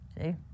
See